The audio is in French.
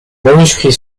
manuscrits